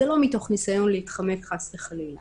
זה לא מתוך ניסיון להתחמק חס וחלילה.